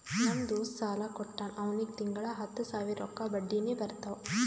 ನಮ್ ದೋಸ್ತ ಸಾಲಾ ಕೊಟ್ಟಾನ್ ಅವ್ನಿಗ ತಿಂಗಳಾ ಹತ್ತ್ ಸಾವಿರ ರೊಕ್ಕಾ ಬಡ್ಡಿನೆ ಬರ್ತಾವ್